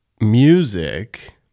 music—